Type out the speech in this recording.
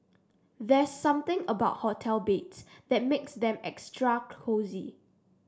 there's something about hotel beds that makes them extra cosy